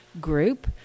group